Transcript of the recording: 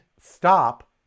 stop